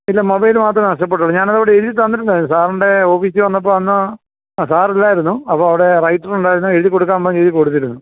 പിന്നെ മൊബൈല് മാത്രമേ നഷ്ടപ്പെട്ടുള്ളു ഞാനതവിടെ എഴുതി തന്നിട്ടില്ലായിരുന്നു സാറിൻ്റെ ഓഫീസിൽ വന്നപ്പോൾ അന്ന് ആ സാറില്ലായിരുന്നു അപ്പം അവിടെ റൈറ്ററൊണ്ടായിരുന്നു എഴുതി കൊടുക്കാൻ പറഞ്ഞു എഴുതി കൊടുത്തിരുന്നു